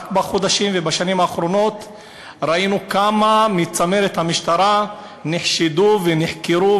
רק בחודשים ובשנים האחרונים ראינו כמה מצמרת המשטרה נחשדו ונחקרו,